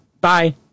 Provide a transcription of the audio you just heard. Bye